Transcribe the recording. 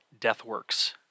Deathworks